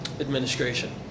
administration